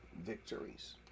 victories